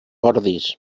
ordis